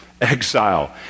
exile